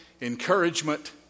encouragement